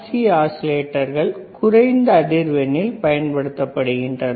C ஆஸிலேட்டர்கள் குறைந்த அதிர்வெண்ணில் பயன்படுத்தப்படுகின்றன